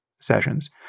sessions